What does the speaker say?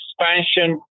expansion